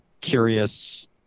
curious